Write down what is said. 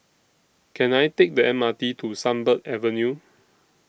Can I Take The M R T to Sunbird Avenue